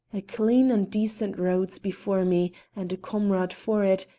a clean and decent road's before me and a comrade for it,